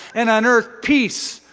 and on earth, peace,